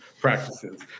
practices